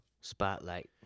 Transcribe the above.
Spotlight